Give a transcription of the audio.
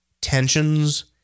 Tensions